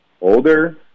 older